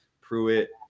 Pruitt